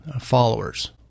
followers